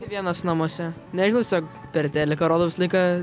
vienas namuose nežiūriu tiesiog per teliką rodo visą laiką